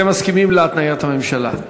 אתן מסכימות להתניית הממשלה.